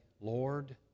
Lord